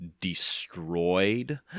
destroyed